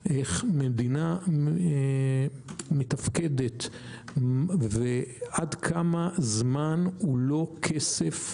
איך מדינה מתפקדת ועד כמה זמן הוא לא כסף,